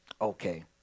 Okay